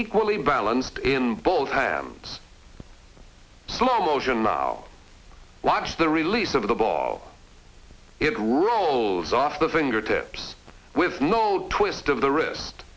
equally balanced in by old hands slow motion now watch the release of the ball it rolls off the fingertips with no twist of the wrist